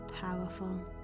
powerful